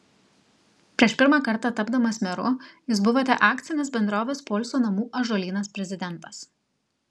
prieš pirmą kartą tapdamas meru jūs buvote akcinės bendrovės poilsio namų ąžuolynas prezidentas